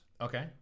Okay